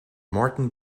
martyn